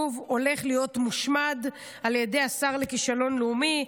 הולך להיות מושמד על ידי השר לכישלון לאומי.